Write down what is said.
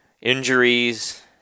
injuries